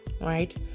right